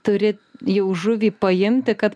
turit jau žuvį paimti kad